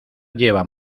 lleva